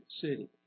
city